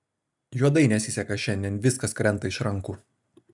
juodai nesiseka šiandien viskas krenta iš rankų